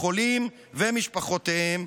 החולים ומשפחותיהם,